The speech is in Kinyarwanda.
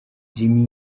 jimmy